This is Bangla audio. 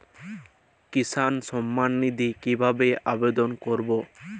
কিষান সম্মাননিধি কিভাবে আবেদন করব?